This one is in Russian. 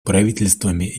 правительствами